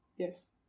Yes